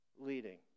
leading